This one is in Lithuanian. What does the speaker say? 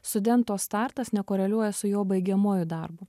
studento startas nekoreliuoja su jo baigiamuoju darbu